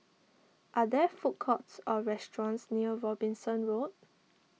are there food courts or restaurants near Robinson Road